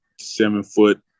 seven-foot